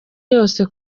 yose